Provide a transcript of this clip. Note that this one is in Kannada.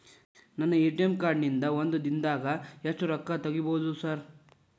ನನ್ನ ಎ.ಟಿ.ಎಂ ಕಾರ್ಡ್ ನಿಂದಾ ಒಂದ್ ದಿಂದಾಗ ಎಷ್ಟ ರೊಕ್ಕಾ ತೆಗಿಬೋದು ಸಾರ್?